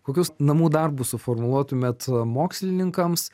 kokius namų darbus suformuluotumėt mokslininkams